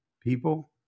people